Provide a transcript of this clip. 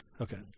Okay